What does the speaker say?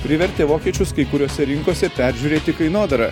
privertė vokiečius kai kuriose rinkose peržiūrėti kainodarą